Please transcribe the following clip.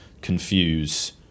confuse